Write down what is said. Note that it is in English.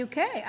UK